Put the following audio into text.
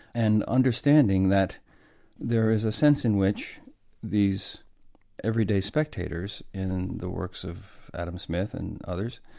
and understanding that there is a sense in which these everyday spectators in the works of adam smith and others,